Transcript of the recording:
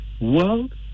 world